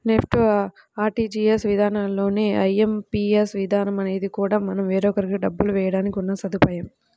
NEFT, RTGS విధానాల్లానే IMPS విధానం అనేది కూడా మనం వేరొకరికి డబ్బులు వేయడానికి ఉన్న సదుపాయం